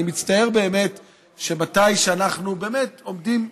אני מצטער שכשאנחנו עומדים,